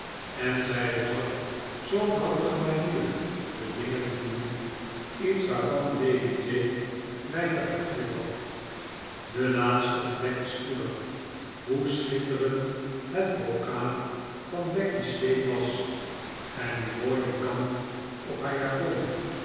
en zij bezat zoo'n handige manier de dingen te doen iets waarvan lady jane weinig begrip had de laatste ontdekte spoedig hoe schitterend het brocaat van becky's sleep was en hoe mooi de kant op haar japon